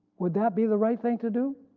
would that be the right thing to do?